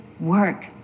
work